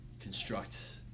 construct